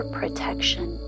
protection